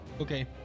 okay